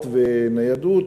הסעות וניידות,